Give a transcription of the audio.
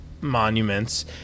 monuments